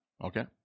okay